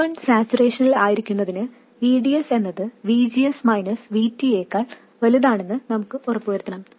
M1 സാച്ചുറേഷനിൽ ആയിരിക്കുന്നതിന് VDS എന്നത് VGS VT യെക്കാൾ വലുതാണെന്ന് നമുക്ക് ഉറപ്പുവരുത്തണം